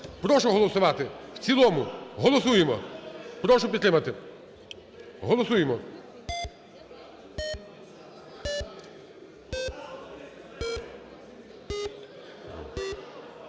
Прошу проголосувати. В цілому. Голосуємо. Прошу підтримати. Голосуємо.